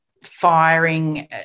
Firing